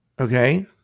Okay